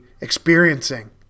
experiencing